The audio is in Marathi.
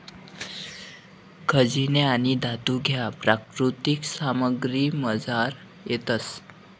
खनिजे आणि धातू ह्या प्राकृतिक सामग्रीमझार येतस